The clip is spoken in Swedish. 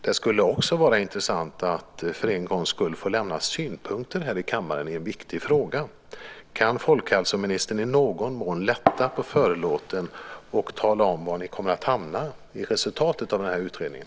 Det skulle också vara intressant att för en gångs skull få lämna synpunkter här i kammaren i en viktig fråga. Kan folkhälsoministern i någon mån lätta på förlåten och tala om var ni kommer att hamna när det gäller resultatet av den här utredningen?